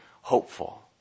hopeful